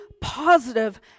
positive